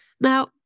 Now